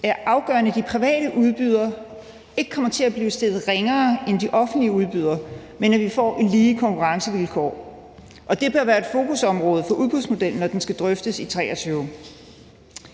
er afgørende, at de private udbydere ikke kommer til at blive stillet ringere end de offentlige udbydere, men at vi får lige konkurrencevilkår. Det bør være et fokusområde for udbudsmodellen, når den skal drøftes i 2023.